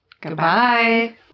Goodbye